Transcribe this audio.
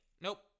Nope